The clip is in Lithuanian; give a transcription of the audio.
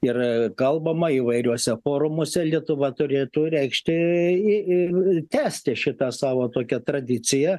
ir kalbama įvairiuose forumuose lietuva turėtų reikšti ir tęsti šitą savo tokia tradicija